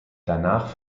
danach